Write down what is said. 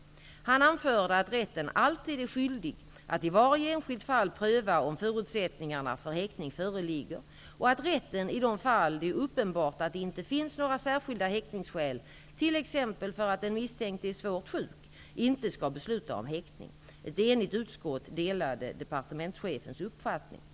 Han anförde att rätten alltid är skyldig att i varje enskilt fall pröva om förutsättningarna för häktning föreligger och att rätten i de fall det är uppenbart att det inte finns några särskilda häktningsskäl, t.ex. därför att den misstänkte är svårt sjuk, inte skall besluta om häktning. Ett enigt utskott delade departementschefens uppfattning (bet.